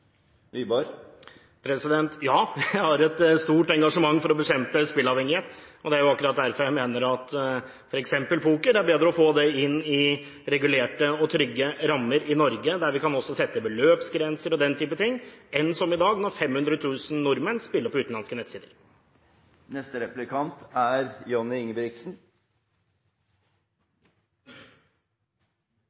Ja, jeg har et stort engasjement for å bekjempe spilleavhengighet. Det er akkurat derfor jeg mener at når det gjelder f.eks. poker, er det bedre å få det inn i regulerte og trygge rammer i Norge, der vi også kan sette beløpsgrenser osv., enn at det er som i dag, når 500 000 nordmenn spiller på utenlandske nettsider. Det er